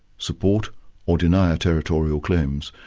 support or deny ah territorial claims.